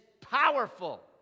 powerful